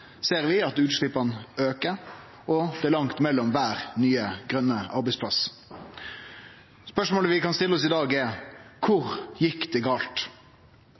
ser vi at utsleppa aukar, og det er langt mellom kvar nye grøne arbeidsplass. Spørsmålet vi kan stille oss i dag, er: Kvar gjekk det